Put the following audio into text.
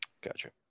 Gotcha